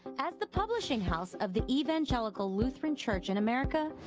as the publishing house of the evangelical lutheran church in america,